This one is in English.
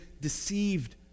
deceived